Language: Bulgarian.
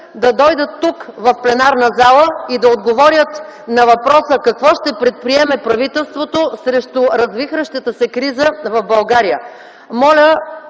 да дойдат тук, в пленарната зала, и да отговорят на въпроса какво ще предприеме правителството срещу развихрящата се криза в България.